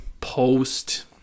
post